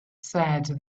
said